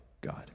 God